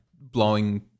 blowing